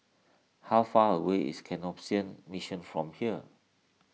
how far away is Canossian Mission from here